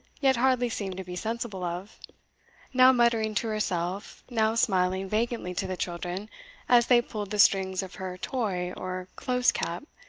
yet hardly seemed to be sensible of now muttering to herself, now smiling vacantly to the children as they pulled the strings of her toy or close cap,